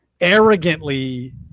arrogantly